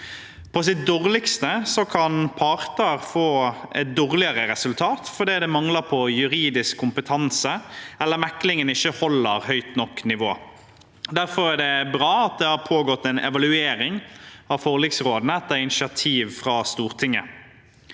På sitt dårligste kan parter få et dårligere resultat fordi det mangler juridisk kompetanse eller meklingen ikke holder høyt nok nivå. Derfor er det bra at det har pågått en evaluering av forliksrådene, etter initiativ fra Stortinget.